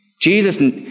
Jesus